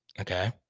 Okay